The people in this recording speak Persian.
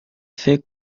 فکر